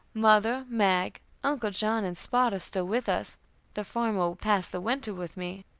mother, mag, uncle john, and spot are still with us the former will pass the winter with me,